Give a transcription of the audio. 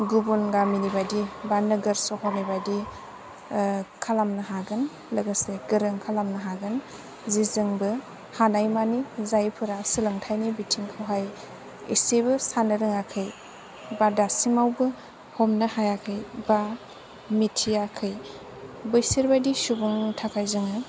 गुबुन गामिनि बायदि बा नोगोर सहरनि बायदि खालामनो हागोन लोगोसे गोरों खालामनो हागोन जेजोंबो हानाय मानि जायफोरा सोलोंथाइनि बिथिंखौहाय इसेबो साननो रोङाखै बा दासिमावबो हमनो हायाखै बा मिथियाखै बैसोरबादि सुबुंनि थाखाय जोङो